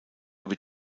wird